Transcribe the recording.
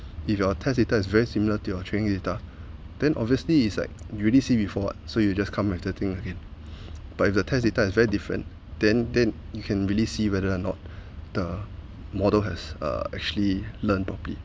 if your test data is very similar to your training data then obviously it's like you already see before so you just come after thing again but if the test data is very different then then you can really see whether or not the model has uh actually learnt properly